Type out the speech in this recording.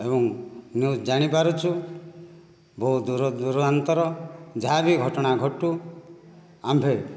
ଏବଂ ନ୍ୟୁଜ୍ ଜାଣିପାରୁଛୁ ବହୁ ଦୂରଦୂରାନ୍ତର ଯାହାବି ଘଟଣା ଘଟୁ ଆମ୍ଭେ